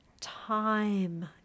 time